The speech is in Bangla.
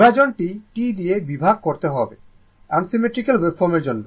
বিভাজনটি T দিয়ে বিভাগ করতে হবে আনসিমেট্রিক্যাল ওয়েভফর্মের জন্য